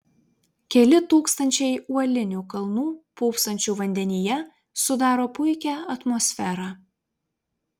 keli tūkstančiai uolinių kalnų pūpsančių vandenyje sudaro puikią atmosferą